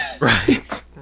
right